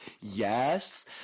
Yes